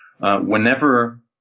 Whenever